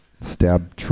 Stab